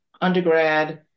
undergrad